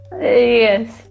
yes